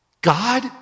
God